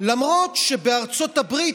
למרות שבארצות הברית,